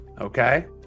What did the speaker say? Okay